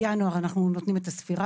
ב-1 בינואר אנחנו נותנים את הספירה,